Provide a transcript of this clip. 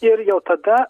ir jau tada